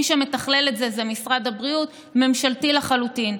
מי שמתכלל את זה זה משרד הבריאות, ממשלתי לחלוטין.